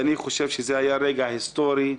זה היה רגע היסטורי,